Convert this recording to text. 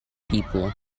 people